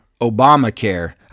obamacare